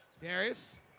Darius